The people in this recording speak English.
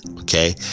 Okay